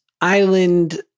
island